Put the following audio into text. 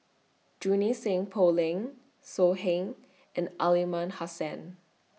Junie Sng Poh Leng So Heng and Aliman Hassan